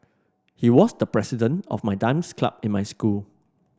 he was the president of my dance club in my school